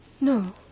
No